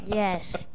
Yes